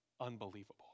unbelievable